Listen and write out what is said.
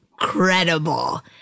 incredible